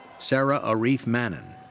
sara arif mannan.